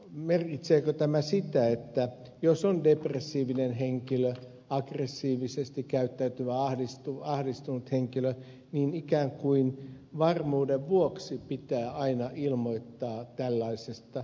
merkitseekö tämä sitä että jos on depressiivinen henkilö aggressiivisesti käyttäytyvä ahdistunut henkilö niin ikään kuin varmuuden vuoksi pitää aina ilmoittaa tällaisesta tapauksesta poliisille